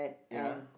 ya